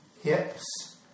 hips